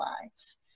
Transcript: lives